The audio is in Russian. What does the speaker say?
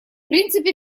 принципе